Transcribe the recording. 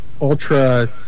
ultra